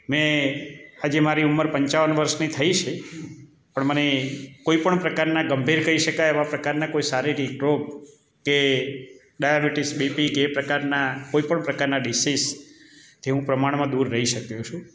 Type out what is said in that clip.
મેં આજે મારી ઉમર પંચાવન વર્ષની થઈ છે પણ મને કોઈપણ પ્રકારના ગંભીર કહી શકાય એવા પ્રકારના કોઈ શારીરિક રોગ કે ડાયાબિટીસ બીપી કે એ પ્રકારના કોઈપણ પ્રકારના ડિસિસ થી હું પ્રમાણમાં દૂર રહી શક્યો છું